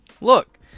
look